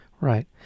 Right